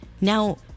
now